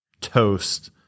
toast